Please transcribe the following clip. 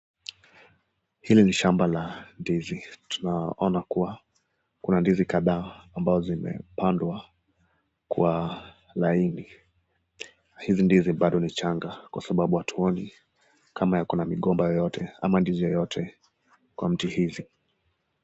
Hili ni shamba la ndizi, tunaona kuwa kuna ndizi kadhaa ambao zimepandwa kwa dhahiri. Hizi ndizi bado ni changa, kwa sababu hatuoni kama yako na migomba yeyote ama ndizi yeyote kwa miti hizi.